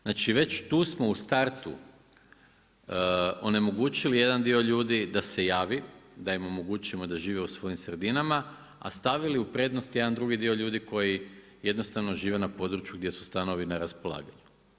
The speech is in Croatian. Znači već tu smo u startu onemogućili jedan dio ljudi da se javi, da im omogućimo da žive u svojim sredinama a stavili u prednost jedan drugi dio ljudi koji jednostavno žive na području gdje su stanovi na raspolaganju.